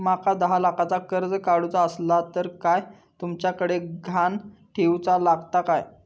माका दहा लाखाचा कर्ज काढूचा असला तर काय तुमच्याकडे ग्हाण ठेवूचा लागात काय?